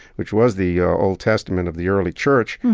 which was the ah old testament of the early church,